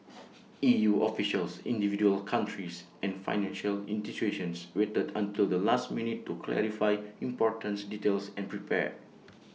E U officials individual countries and financial institutions waited until the last minute to clarify importance details and prepare